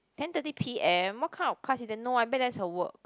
ten thirty p_m what kind of class is that no I bet that's her work